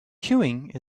queuing